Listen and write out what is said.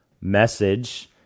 message